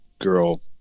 girl